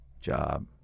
job